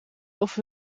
over